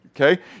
Okay